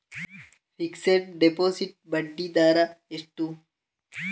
Fixed deposit ಬಡ್ಡಿ ದರ ಎಷ್ಟು?